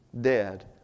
Dead